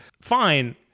Fine